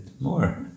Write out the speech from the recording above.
more